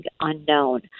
unknown